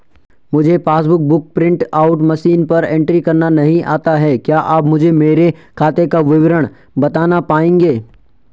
मुझे passbook book print out machine पर entry करना नहीं आता है क्या आप मुझे मेरे खाते का विवरण बताना पाएंगे?